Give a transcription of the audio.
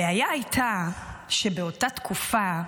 הבעיה הייתה שבאותה תקופה,